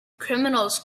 criminals